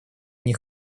они